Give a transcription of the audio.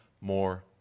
more